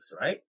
right